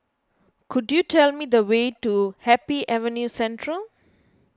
could you tell me the way to Happy Avenue Central